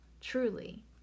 truly